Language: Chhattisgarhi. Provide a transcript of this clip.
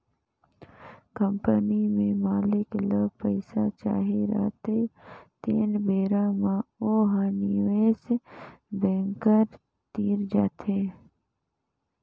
कंपनी में मालिक ल पइसा चाही रहथें तेन बेरा म ओ ह निवेस बेंकर तीर जाथे